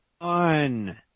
on